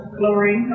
glory